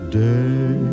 day